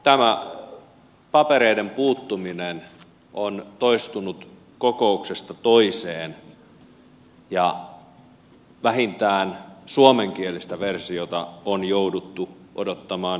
tämä papereiden puuttuminen on toistunut kokouksesta toiseen ja vähintään suomenkielistä versiota on jouduttu odottamaan liiankin kanssa